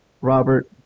Robert